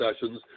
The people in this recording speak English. sessions